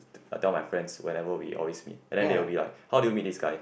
I tell my friends whenever we always meet and then they will be like how did you meet this guy